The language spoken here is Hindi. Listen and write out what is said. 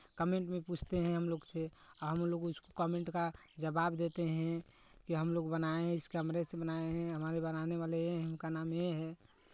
कमेन्ट में पूछते हैं हम लोग से हम लोग उसको कमेन्ट का जवाब देते हैं कि हम लोग बनाए हैं इस कैमरे से बनाए हैं हमारे बनाने वाले ये हैं उनका नाम ये है